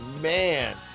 man